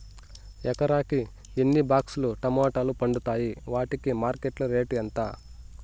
ఎకరాకి ఎన్ని బాక్స్ లు టమోటాలు పండుతాయి వాటికి మార్కెట్లో రేటు ఎంత?